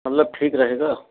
मतलब ठीक रहेगा